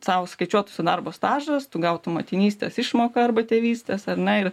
sau skaičiuotųsi darbo stažas tu gautum motinystės išmoką arba tėvystės ar ne ir